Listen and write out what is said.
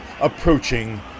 approaching